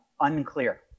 unclear